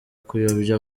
kuyobya